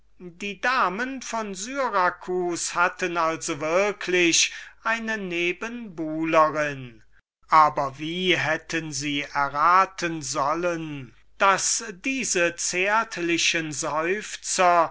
die damen von syracus hatten also würklich eine nebenbuhlerin ob sie gleich nicht erraten konnten daß diese zärtlichen seufzer